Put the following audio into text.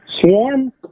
Swarm